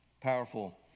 powerful